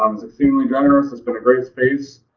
um it's exceedingly generous. it's been a great space.